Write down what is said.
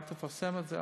אל תפרסם את זה,